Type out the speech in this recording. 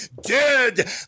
dead